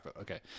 okay